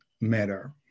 matter